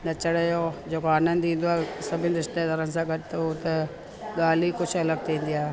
नचण जो जेको आनंदु ईंदो आहे उहो सभिनि रिश्तेदारनि सां गॾ त उते ॻाल्हि ई कुझु अलॻि थींदी आहे